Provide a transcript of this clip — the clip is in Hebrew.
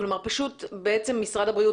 כלומר פשוט בעצם משרד הבריאות,